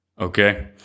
Okay